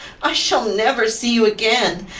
i shall never see you again,